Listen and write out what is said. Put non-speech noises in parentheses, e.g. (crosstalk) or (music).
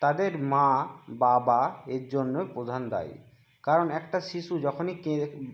তাদের মা বাবা এর জন্য প্রধান দায়ী কারণ একটা শিশু যখনই (unintelligible)